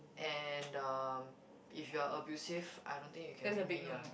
and the if you are abusive I don't think you can win me ah